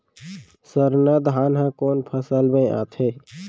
सरना धान ह कोन फसल में आथे?